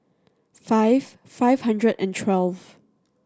five five hundred and twelve